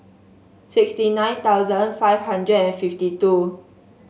sixty nine thousand five hundred and fifty two